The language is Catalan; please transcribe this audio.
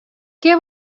què